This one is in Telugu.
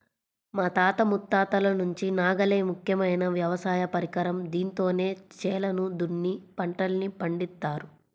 మా తాత ముత్తాతల నుంచి నాగలే ముఖ్యమైన వ్యవసాయ పరికరం, దీంతోనే చేలను దున్ని పంటల్ని పండిత్తారు